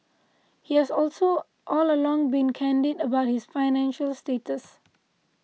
he has also all along been candid about his financial status